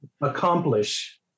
accomplish